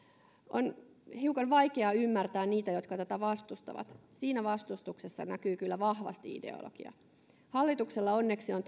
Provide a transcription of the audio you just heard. on hiukan vaikea ymmärtää niitä jotka tätä vastustavat siinä vastustuksessa näkyy kyllä vahvasti ideologia hallituksella onneksi on